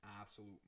absolute